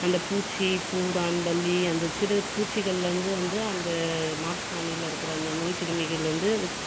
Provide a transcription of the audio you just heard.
அந்த பூச்சி பூரான் பல்லி அந்த சிறு பூச்சிகள்லேருந்து வந்து அந்த மாட்டு சாணியில் இருக்கிற நோய்க்கிருமிகள் வந்து